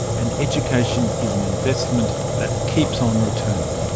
an education is an investment that keeps on returning.